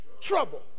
trouble